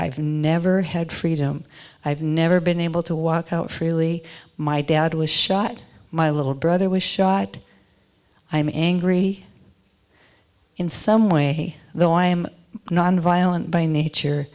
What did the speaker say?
i've never had freedom i've never been able to walk out freely my dad was shot my little brother was shot i am angry in some way though i am nonviolent by nature